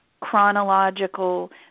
chronological